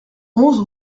onze